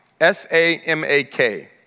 S-A-M-A-K